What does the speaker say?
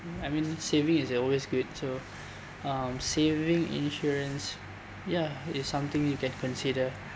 I mean saving is always good so um saving insurance ya it's something you can consider